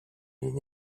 l’aîné